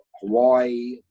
Hawaii